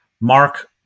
Mark